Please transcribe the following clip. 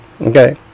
okay